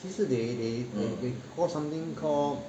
so they they they call something call